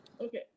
okay